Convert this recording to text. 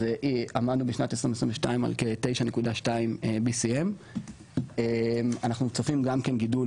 אז עמדנו בשנת 2022 על כ-9.2 BCM. אנחנו צופים גם כן גידול